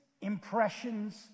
impressions